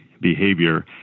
behavior